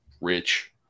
rich